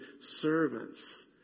servants